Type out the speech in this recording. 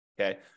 okay